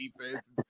defense